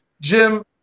Jim